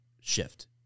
shift